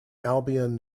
albion